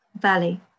Valley